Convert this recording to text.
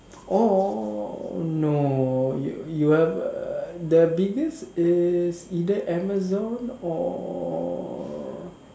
or no you you err the biggest is either Amazon or